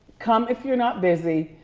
come if you're not busy.